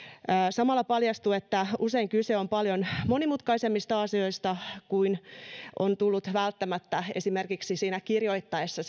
samalla paljastuu että usein kyse on paljon monimutkaisemmista asioista kuin on tullut välttämättä esimerkiksi kansalaisaloitetta kirjoitettaessa